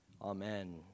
Amen